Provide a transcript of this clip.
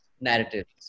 narratives